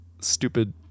stupid